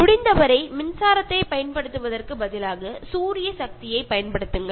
അടുത്തതായി നിങ്ങൾ കറണ്ട് ഉപയോഗിക്കുന്നതിനു പകരം സോളാർ ഉപയോഗിക്കുക